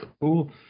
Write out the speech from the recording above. cool